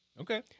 Okay